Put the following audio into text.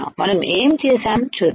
మనం ఏమి చేసాము చూద్దాం